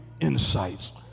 insights